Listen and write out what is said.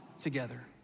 together